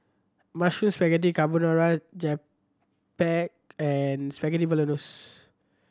Mushroom Spaghetti Carbonara Japchae and Spaghetti Bolognese